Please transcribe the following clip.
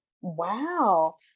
wow